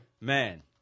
Man